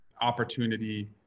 opportunity